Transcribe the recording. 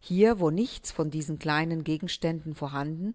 hier wo nichts von diesen kleinen gegenständen vorhanden